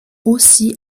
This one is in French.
aussi